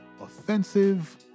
offensive